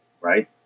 right